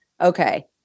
Okay